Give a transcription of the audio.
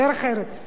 "דרך ארץ".